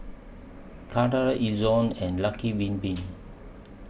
Karcher Ezion and Lucky Bin Bin